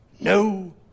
no